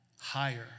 higher